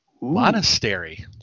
Monastery